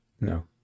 No